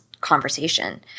conversation